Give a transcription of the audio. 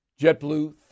JetBlue